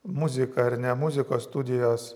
muzika ar ne muzikos studijos